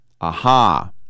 Aha